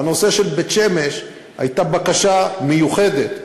בנושא של בית-שמש הייתה בקשה מיוחדת,